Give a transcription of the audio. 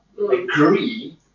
Agree